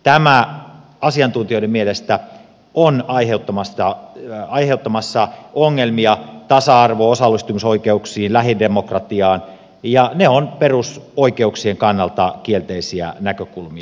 tämä asiantuntijoiden mielestä on aiheuttamassa ongelmia tasa arvo osallistumisoikeuksiin lähidemokratiaan ja ne ovat perusoikeuksien kannalta kielteisiä näkökulmia